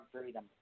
freedom